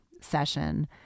session